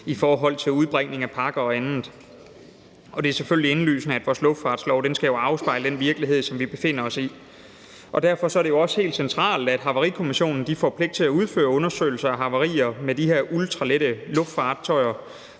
i forhold til udbringning af pakker og andet, og det er selvfølgelig indlysende, at vores luftfartslov skal afspejle den virkelighed, som vi befinder os i. Derfor er det også helt centralt, at Havarikommissionen får en pligt til at udføre undersøgelser af havarier med de her ultralette luftfartøjer,